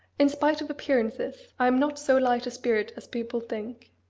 in spite of appearances, i am not so light a spirit as people think.